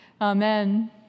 Amen